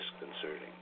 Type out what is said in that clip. disconcerting